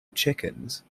chickens